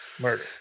murder